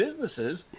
businesses